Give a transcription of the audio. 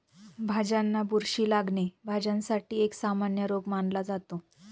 भाज्यांना बुरशी लागणे, भाज्यांसाठी एक सामान्य रोग मानला जातो